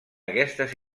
aquestes